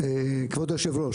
כבוד היו"ר,